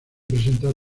presentar